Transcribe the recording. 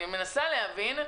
אני מנסה להבין,